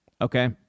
okay